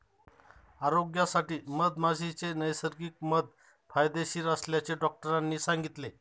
आरोग्यासाठी मधमाशीचे नैसर्गिक मध फायदेशीर असल्याचे डॉक्टरांनी सांगितले